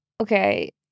okay